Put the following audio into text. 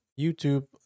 YouTube